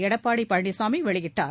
எடப்பாடி பழனிசாமி வெளியிட்டார்